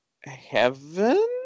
heaven